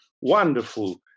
wonderful